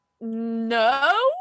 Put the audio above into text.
No